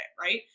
Right